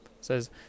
says